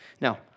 Now